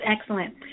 excellent